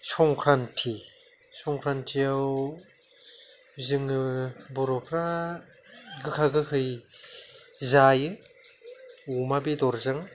संख्रान्थि संख्रान्थियाव जोङो बर'फ्रा गोखा गोखै जायो अमा बेदरजों